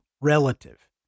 relative